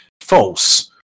false